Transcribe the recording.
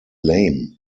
lame